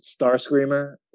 Starscreamer